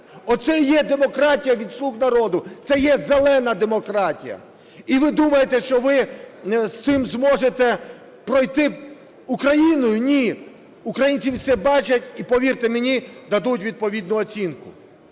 і є демократія від "слуг народу", це є "зелена демократія". І ви думає, що ви з цим зможете пройти Україною? Ні! Українці все бачать і, повірте мені, дадуть відповідну оцінку.